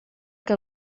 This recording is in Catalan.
que